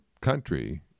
country